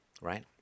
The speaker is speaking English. right